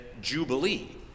Jubilee